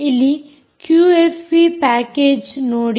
ಇಲ್ಲಿ QFP package ನೋಡಿ